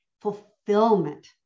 fulfillment